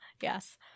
yes